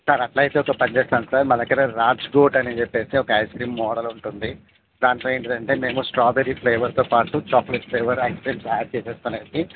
sir అట్లా అయితే ఒక పని చేస్తాం సార్ మా దగ్గర రాజ్కోట్ అని చెప్పి ఒక ఐస్ క్రీమ్ మోడల్ ఉంటుంది దాంట్లో ఏంటంటే మేము స్ట్రాబెర్రీ ఫ్లేవర్తో పాటు chocolate flavour ice cream add చేసుకొని